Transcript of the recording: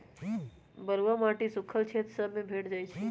बलुआ माटी सुख्खल क्षेत्र सभ में भेंट जाइ छइ